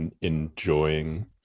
enjoying